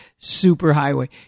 superhighway